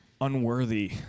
unworthy